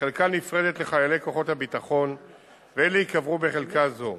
חלקה נפרדת לחיילי כוחות הביטחון ואלה ייקברו בחלקה זו.